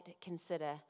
consider